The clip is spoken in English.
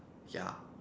ya